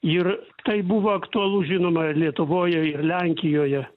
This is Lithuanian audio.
ir tai buvo aktualu žinoma ir lietuvoje ir lenkijoje